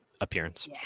appearance